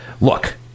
look